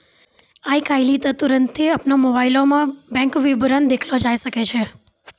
आइ काल्हि त तुरन्ते अपनो मोबाइलो मे बैंक विबरण देखलो जाय सकै छै